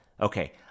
Okay